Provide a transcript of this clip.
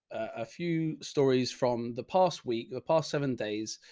a few stories from the past week or past seven days.